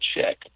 check